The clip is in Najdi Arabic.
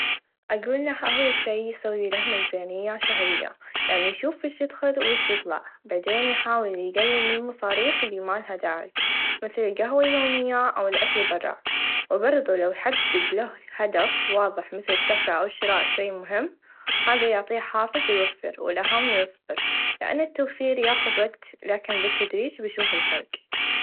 أقوله يحاول شئ يسويله ميزانيه شهريه يعني يشوف ويش يدخل ويش يطلع بعدين يحاول يقلل من المصاريف الي مالها داعي مثل القهوه اليوميه أو الأكل بره و برده لو حدد له هدف واظح مثل سفره أو شراء شئ مهم هذا يعطيه حافز يوفر و الأهم يصبر لأن التوفير ياخذ وقت لاكن بالتدريچ بيشوف الفرق.